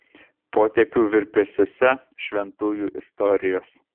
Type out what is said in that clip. potėpių virpesiuose šventųjų istorijos